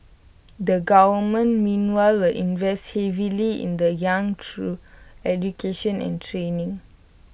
the government meanwhile will invest heavily in the young through education and training